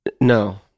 No